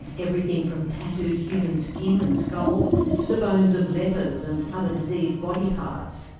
everything from tattooed human skin and skulls to the bones of lepers and other diseased body parts.